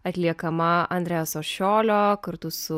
atliekama andre sošiolio kartu su